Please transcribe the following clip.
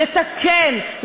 לתקן,